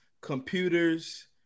computers